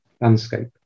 landscape